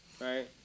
right